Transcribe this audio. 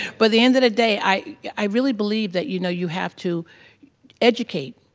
but the end of the day i really believe that, you know, you have to educate.